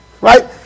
right